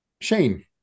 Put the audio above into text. Shane